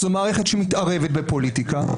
זאת מערכת שמתערבת בפוליטיקה.